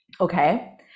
Okay